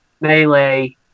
melee